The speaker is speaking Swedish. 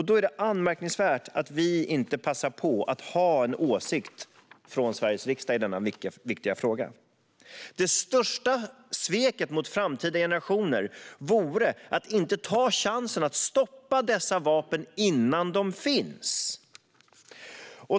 Då är det anmärkningsvärt att vi inte passar på att ha en åsikt från Sveriges riksdag i denna viktiga fråga. Det största sveket mot framtida generationer vore att inte ta chansen att stoppa dessa vapen innan de finns.